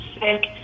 sick